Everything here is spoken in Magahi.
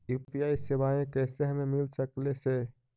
यु.पी.आई सेवाएं कैसे हमें मिल सकले से?